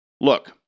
Look